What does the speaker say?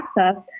access